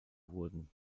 wurden